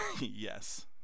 yes